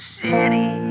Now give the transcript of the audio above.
city